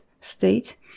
state